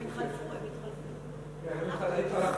התחלפתי אתו.